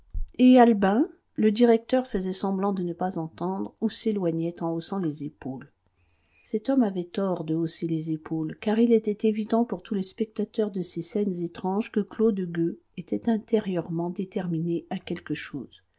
et albin le directeur faisait semblant de ne pas entendre ou s'éloignait en haussant les épaules cet homme avait tort de hausser les épaules car il était évident pour tous les spectateurs de ces scènes étranges que claude gueux était intérieurement déterminé à quelque chose